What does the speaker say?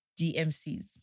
DMCS